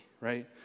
Right